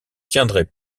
tiendrait